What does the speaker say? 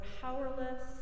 powerless